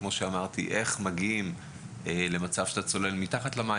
על איך מגיעים למצב שהצולל מתחת למים,